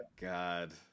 God